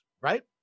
right